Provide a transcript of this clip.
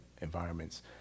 environments